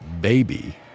baby